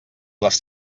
les